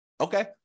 Okay